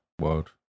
World